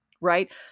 right